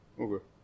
Okay